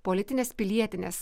politines pilietines